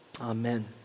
Amen